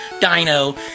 dino